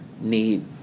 need